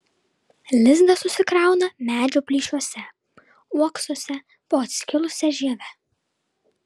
lizdą susikrauna medžių plyšiuose uoksuose po atskilusia žieve